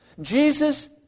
Jesus